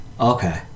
Okay